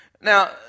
Now